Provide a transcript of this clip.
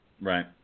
Right